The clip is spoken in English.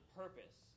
purpose